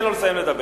תן לו לסיים לדבר.